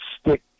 stick